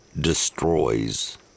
destroys